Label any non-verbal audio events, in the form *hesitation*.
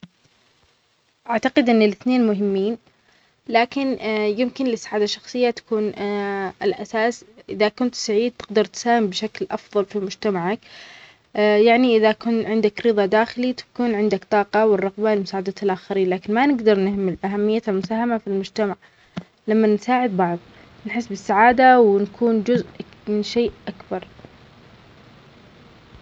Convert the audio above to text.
أعتقد أن الأثنين مهمين، لكن *hesitation* يمكن للسعادة الشخصية تكون *hesitation* الأساس، إذا كنت سعيد تقدر تساهم بشكل أفضل في مجتمعك، *hesitation* يعنى إذا كان عندك رضا داخلى تكون عندك طاقة والرغبة في مساعدة الآخرين، لكن ما نقدر نهمل أهمية المساهمة في المجتمع، لما نساعد بعض نحس بالسعادة ونكون جزء من شيء أكبر.